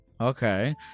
Okay